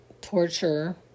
torture